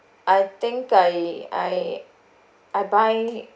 I think I I I buy